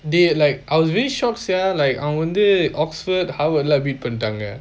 dey like I was very shocked sia like அவங்க வந்து:avanga vanthu oxford harvard lah beat பன்னிட்டாங்க:pannitanga